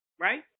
right